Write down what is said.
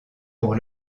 pour